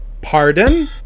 Pardon